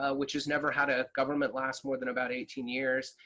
ah which has never had a government last more than about eighteen years.